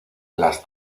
las